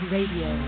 Radio